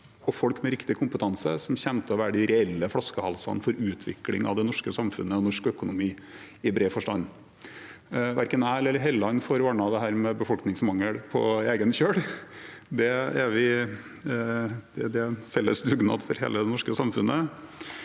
og folk med riktig kompetanse kommer til å være de reelle flaskehalsene for utvikling av det norske samfunnet og norsk økonomi i bred forstand. Verken jeg eller Helleland får ordnet dette med befolkningsmangel på egen kjøl. Det er en felles dugnad for hele det norske samfunnet,